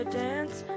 dance